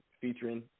featuring